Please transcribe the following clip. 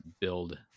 build